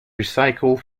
recycle